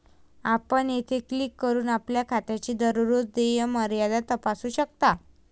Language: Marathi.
आपण येथे क्लिक करून आपल्या खात्याची दररोज देय मर्यादा तपासू शकता